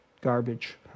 garbage